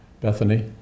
Bethany